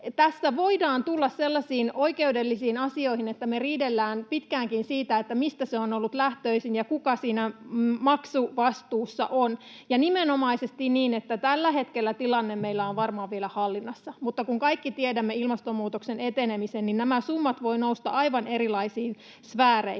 Tässä voidaan tulla sellaisiin oikeudellisiin asioihin, että me riidellään pitkäänkin siitä, mistä se on ollut lähtöisin ja kuka siinä on maksuvastuussa, ja nimenomaisesti niin, että vaikka tällä hetkellä tilanne meillä on varmaan vielä hallinnassa, niin kun kaikki tiedämme ilmastonmuutoksen etenemisen, niin nämä summat voivat nousta aivan erilaisiin sfääreihin.